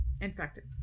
infected